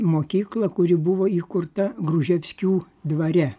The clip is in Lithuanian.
mokyklą kuri buvo įkurta gruževskių dvare